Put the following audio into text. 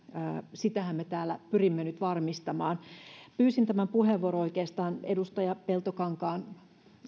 sitähän me täällä pyrimme nyt varmistamaan pyysin tämän puheenvuoron oikeastaan edustaja peltokankaan